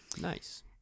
Nice